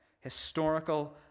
historical